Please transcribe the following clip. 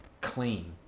clean